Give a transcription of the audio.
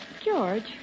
George